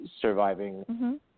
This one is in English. surviving